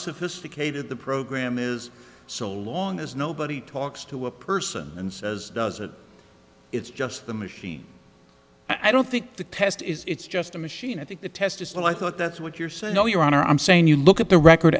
sophisticated the program is so long as nobody talks to a person and says does it it's just the machine i don't think the test is it's just a machine i think the test is what i thought that's what you're saying no your honor i'm saying you look at the record